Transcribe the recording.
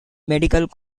medical